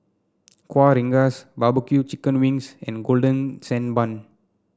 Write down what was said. Kueh Rengas barbecue Chicken Wings and Golden Sand Bun